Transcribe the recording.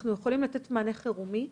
אנחנו יכולים לתת מענה חירומי,